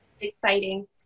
exciting